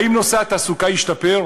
האם נושא התעסוקה השתפר?